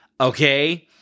okay